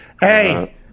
Hey